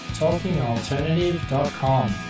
talkingalternative.com